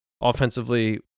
Offensively